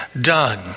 done